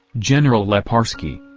general leparsky,